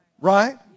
right